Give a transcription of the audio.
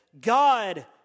God